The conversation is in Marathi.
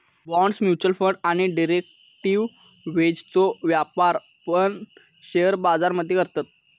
बॉण्ड्स, म्युच्युअल फंड आणि डेरिव्हेटिव्ह्जचो व्यापार पण शेअर बाजार मध्ये करतत